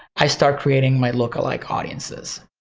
i start creating my look-alike audiences.